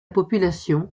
population